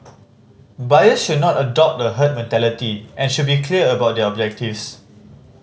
buyers should not adopt a herd mentality and should be clear about their objectives